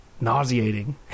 nauseating